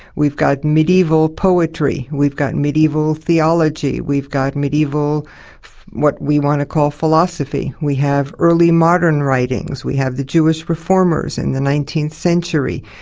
we've got medieval poetry, we've got medieval theology, we've got medieval what we want to call philosophy. we have early modern writings, we have the jewish reformers in the nineteenth century,